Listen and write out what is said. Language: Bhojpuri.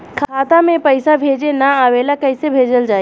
खाता में पईसा भेजे ना आवेला कईसे भेजल जाई?